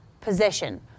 position